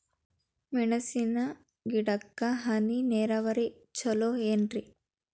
ಮೆಣಸಿನ ಗಿಡಕ್ಕ ಹನಿ ನೇರಾವರಿ ಛಲೋ ಏನ್ರಿ?